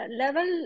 level